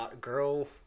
girl